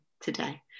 today